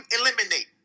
Eliminate